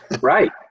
Right